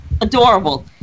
adorable